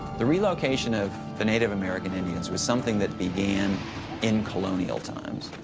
the relocation of the native american indians was something that began in colonial times.